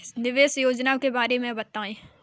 निवेश योजना के बारे में बताएँ?